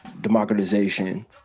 democratization